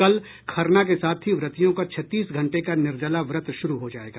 कल खरना के साथ ही व्रतियों का छत्तीस घंटे का निर्जला व्रत शुरू हो जाएगा